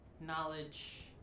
knowledge